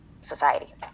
society